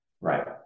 Right